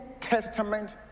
Testament